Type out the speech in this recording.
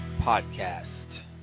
Podcast